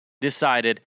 decided